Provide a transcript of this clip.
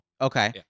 Okay